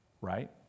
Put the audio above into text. Right